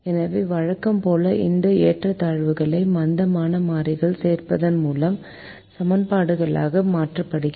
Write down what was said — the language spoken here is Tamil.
எனவே வழக்கம் போல் இந்த ஏற்றத்தாழ்வுகளை மந்தமான மாறிகள் சேர்ப்பதன் மூலம் சமன்பாடுகளாக மாற்றுகிறோம்